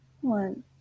One